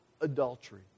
adultery